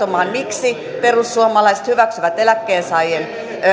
tänne kertomaan miksi perussuomalaiset hyväksyvät eläkkeensaajien